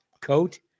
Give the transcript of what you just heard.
coat